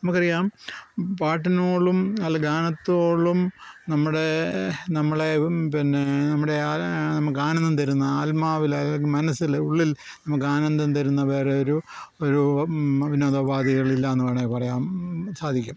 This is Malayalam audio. നമുക്ക് അറിയാം പാട്ടിനേക്കാളും അല്ല ഗാനത്തോളം നമ്മുടെ നമ്മളെ പിന്നെ നമ്മുടെ ആ നമുക്ക് ആനന്ദം തരുന്ന ആത്മാവിൽ അല്ലെ ഒരു മനസ്സിൽ ഉള്ളിൽ നമുക്ക് ആനന്ദം തരുന്ന വേറെ ഒരു ഒരു വിനോദ ഉപാധികളില്ല എന്ന് വേണമെങ്കിൽ പറയാം സാധിക്കും